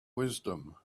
wisdom